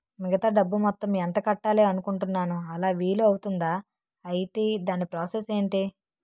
మిగతా డబ్బు మొత్తం ఎంత కట్టాలి అనుకుంటున్నాను అలా వీలు అవ్తుంధా? ఐటీ దాని ప్రాసెస్ ఎంటి?